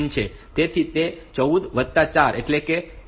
તેથી તે 14 વત્તા 4 એટલે કે 18 થશે